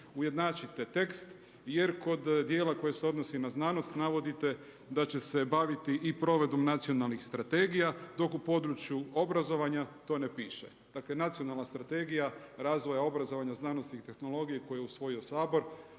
ujednačite tekst jer kod djela koji se odnosi na znanosti navodite da će se baviti i provedbom nacionalnih strategija dok u području obrazovanja to ne piše. Dakle nacionalna strategija razvoja obrazovanja, znanosti i tehnologije koju je usvojio Sabor